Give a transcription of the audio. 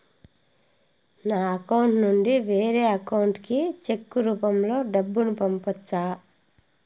నా అకౌంట్ నుండి వేరే అకౌంట్ కి చెక్కు రూపం లో డబ్బును పంపొచ్చా?